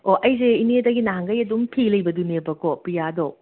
ꯑꯣ ꯑꯩꯁꯦ ꯏꯅꯦꯗꯩ ꯅꯍꯥꯟꯒꯩ ꯑꯗꯨꯝ ꯐꯤ ꯂꯩꯕꯗꯨꯅꯦꯕꯀꯣ ꯄ꯭ꯔꯤꯌꯥꯗꯣ